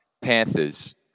Panthers